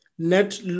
net